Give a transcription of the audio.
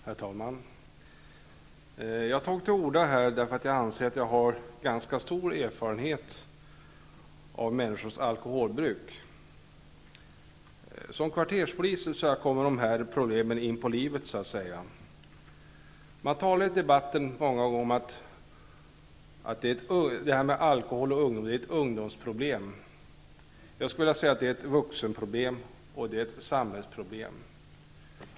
Herr talman! Jag har tagit till orda här, eftersom jag anser att jag har ganska stor erfarenhet av människors alkoholbruk. Som kvarterspolis har jag upplevt hur dessa problem så att säga kommer en in på livet. Man talar ofta i debatten om att det här med alkhol är ett ungdomsproblem. Jag ser det som ett vuxenproblem och ett samhällsproblem.